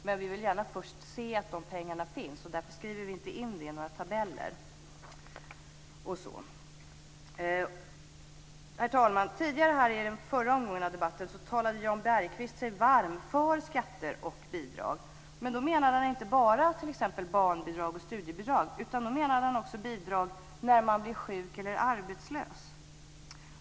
Men vi vill först gärna se att de pengarna finns, och därför skriver vi inte in det i några tabeller. Herr talman! I den förra omgången av debatten talade Jan Bergqvist sig varm för skatter och bidrag. Då menade han inte bara t.ex. barnbidrag och studiebidrag utan också bidrag när man blir sjuk eller arbetslös.